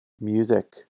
music